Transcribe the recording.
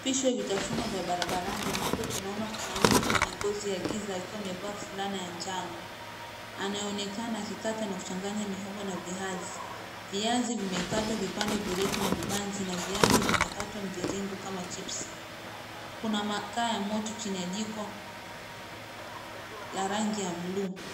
Picha ya vitafuno vya barabarani ambapo tunaona kuna mtu mwenye ngozi ya giza akiwa amevaa fulana ya njano. Anaonekana akikata na kuchanganya mihogo na viazi. Viazi vimekatwa vipande virefu na vibanzi na viazi vimekatwa mviringo kama chipsi. Kuna makaa ya moto chini ya jiko la rangi ya buluu.